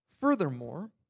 Furthermore